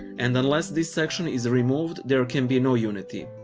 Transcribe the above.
and unless this section is removed, there can be no unity.